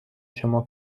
شما